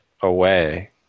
away